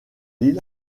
l’île